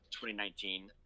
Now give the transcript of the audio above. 2019